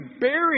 buried